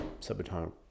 subatomic